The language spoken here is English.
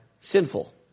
sinful